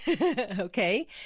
Okay